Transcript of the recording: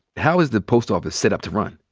how is the post office set up to run?